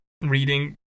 Reading